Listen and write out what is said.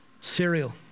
cereal